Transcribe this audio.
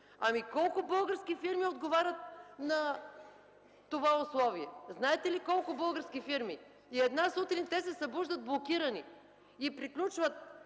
Колко български фирми отговарят на това условие? Знаете ли колко български фирми? И една сутрин те се събуждат блокирани, и приключват